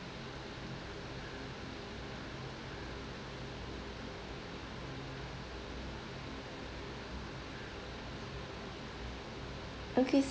okay